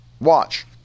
Watch